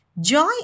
joy